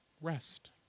Rest